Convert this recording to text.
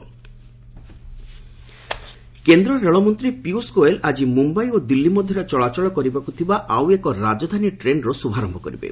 ରାଜଧାନୀ ଟ୍ରେନ କେନ୍ଦ୍ର ରେଳମନ୍ତ୍ରୀ ପିୟୁଷ ଗୋଏଲ ଆଜି ମୁମ୍ବାଇ ଓ ଦିଲ୍ଲୀ ମଧ୍ୟରେ ଚଳାଚଳ କରିବାକୁ ଥିବା ଆଉ ଏକ ରାଜଧାନୀ ଟ୍ରେନର ଶୁଭାରମ୍ଭ କରିବେ